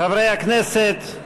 חברי הכנסת,